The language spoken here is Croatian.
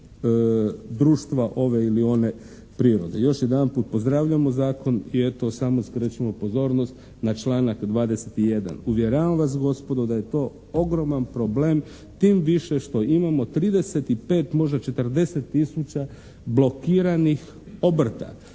Uvjeravam vas gospodo da je to ogroman problem tim više što imamo 35, možda 40000 blokiranih obrta,